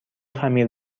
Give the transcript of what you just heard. خمیر